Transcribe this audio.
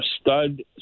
stud